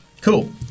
Cool